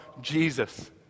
Jesus